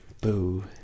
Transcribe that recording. Boo